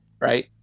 Right